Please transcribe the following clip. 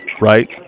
right